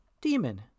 Demon